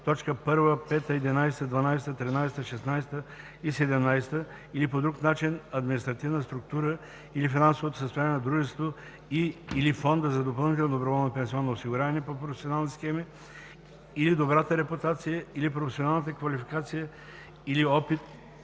т. 1, 5, 11, 12, 13, 16 и 17 или по друг начин административната структура или финансовото състояние на дружеството и/или фонда за допълнително доброволно пенсионно осигуряване по професионални схеми, или добрата репутация, или професионалната квалификация или опит